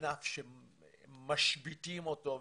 ענף שמשביתים אותו.